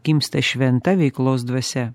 gimsta šventa veiklos dvasia